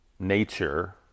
Nature